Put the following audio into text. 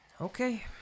Okay